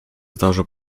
zdążył